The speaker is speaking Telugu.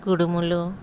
కుడుములు